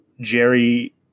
Jerry